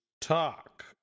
talk